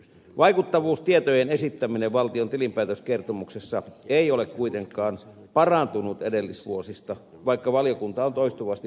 vaikuttavuustietojen esittäminen valtion tilinpäätöskertomuksessa ei ole kuitenkaan parantunut edellisvuosista vaikka valiokunta on toistuvasti huomauttanut asiasta